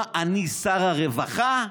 מה, אני שר הרווחה?